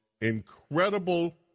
incredible